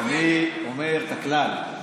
אני אומר את הכלל.